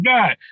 God